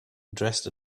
dressed